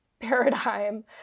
Paradigm